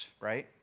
right